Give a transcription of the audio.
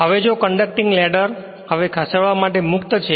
હવે જો conducting ladder હવે ખસેડવા માટે મુક્ત છે